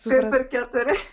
taip kad keturi